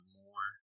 more